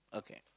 okay